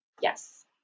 Yes